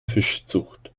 fischzucht